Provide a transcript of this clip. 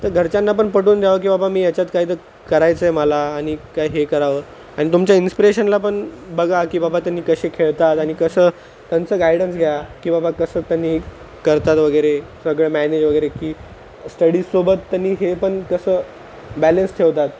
तर घरच्यांना पण पटवून द्यावं की बाबा मी ह्याच्यात काहीतर करायचं आहे मला आणि का हे करावं आणि तुमच्या इन्स्पिरेशनला पण बघा की बाबा त्यांनी कसे खेळतात आणि कसं त्यांचं गाइडन्स घ्या की बाबा कसं त्यांनी करतात वगैरे सगळं मॅनेज वगैरे की स्टडीजसोबत त्यांनी हे पण कसं बॅलेन्स ठेवतात